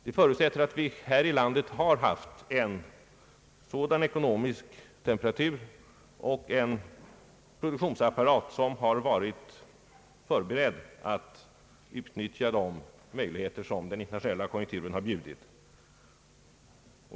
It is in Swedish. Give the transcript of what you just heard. Detta förutsätter att vi här i landet har haft en ekonomisk temperatur och en beredskap i vår produktionsapparat som gjort att vi kunnat utnyttja de möjligheter den internationella konjunkturen erbjudit.